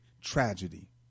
tragedy